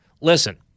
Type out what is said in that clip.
Listen